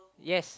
yes